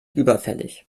überfällig